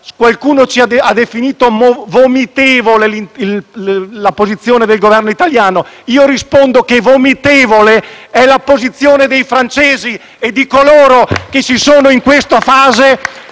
Macron ha definito «vomitevole» la posizione del Governo italiano; io rispondo che vomitevole è la posizione dei francesi e di coloro che in questa fase